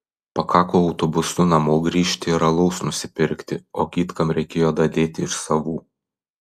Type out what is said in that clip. pakako autobusu namo grįžti ir alaus nusipirkti o kitkam reikėjo dadėti iš savų